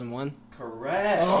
Correct